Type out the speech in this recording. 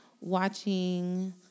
watching